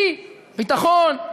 כי ביטחון.